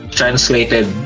translated